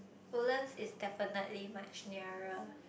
Woodlands is definitely much nearer